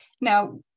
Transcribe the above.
now